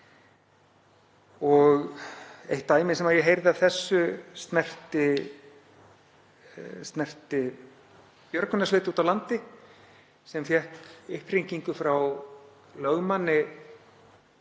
Eitt dæmi sem ég heyrði af þessu snerti björgunarsveit úti á landi sem fékk upphringingu frá lögmanni